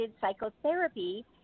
psychotherapy